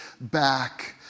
back